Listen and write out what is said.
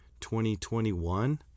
2021